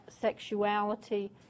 sexuality